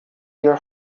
your